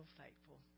faithful